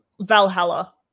valhalla